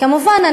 כמובן,